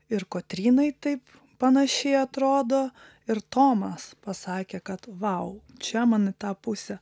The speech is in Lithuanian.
ir kotrynai taip panašiai atrodo ir tomas pasakė kad vau čia man į tą pusę